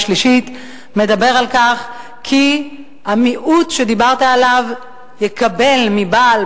ושלישית מדבר על כך שהמיעוט שדיברת עליו יקבל מבעל,